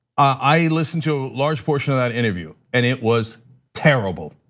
i listened to a large portion of that interview, and it was terrible.